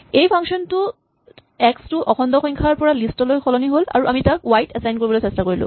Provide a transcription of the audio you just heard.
এই ফাংচন টোত এক্স টো অখণ্ড সংখ্যাৰ পৰা লিষ্ট লৈ সলনি হ'ল আৰু আমি তাক ৱাই ত এচাইন কৰিবলৈ চেষ্টা কৰিলো